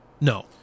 No